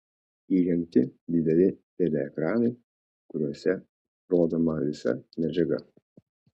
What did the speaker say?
įrengti dideli teleekranai kuriuose rodoma visa medžiaga